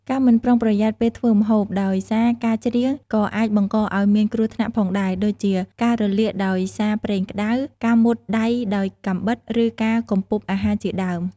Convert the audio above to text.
ការមិនប្រុងប្រយ័ត្នពេលធ្វើម្ហូបដោយសារការច្រៀង ក៏អាចបង្កឱ្យមានគ្រោះថ្នាក់ផងដែរ ដូចជាការរលាកដោយសារប្រេងក្ដៅ ការមុតដៃដោយកាំបិត ឬការកំពប់អាហារជាដើម។